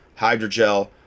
hydrogel